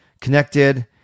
Connected